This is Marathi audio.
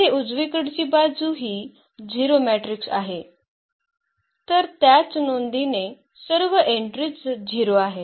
तर येथे उजवीकडची बाजू ही 0 मॅट्रिक्स आहे तर त्याच नोंदीने सर्व एन्ट्रीज 0 आहेत